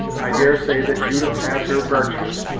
i dare say that judith has her vartues,